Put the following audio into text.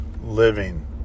living